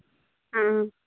ᱦᱮᱸ